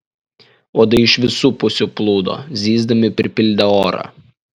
uodai iš visų pusių plūdo zyzdami pripildė orą